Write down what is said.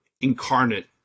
incarnate